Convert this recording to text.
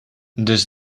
dus